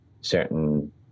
certain